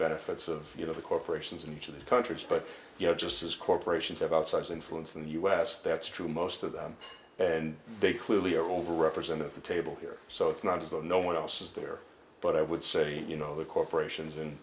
benefits of you know the corporations into the countries but you know just as corporations have outsized influence in the u s that's true most of them and they clearly are overrepresented at the table here so it's not as though no one else is there but i would say you know the corporations and